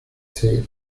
tail